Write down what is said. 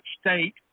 state